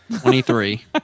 Twenty-three